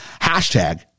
Hashtag